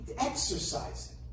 Exercise